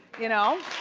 you know?